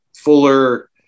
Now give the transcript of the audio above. Fuller